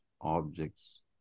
objects